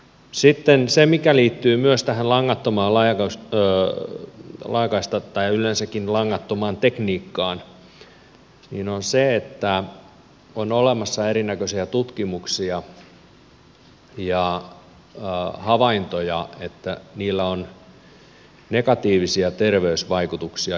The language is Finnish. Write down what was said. sitten se mikä liittyy myös tähän langattomaan laajakaistaan tai yleensäkin langattomaan tekniikkaan on se että on olemassa erinäköisiä tutkimuksia ja havaintoja että niillä on negatiivisia terveysvaikutuksia ihmisiin